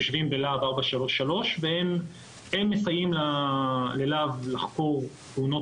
הם יושבים בלהב 433 ומסייעים ללהב לחקור תאונות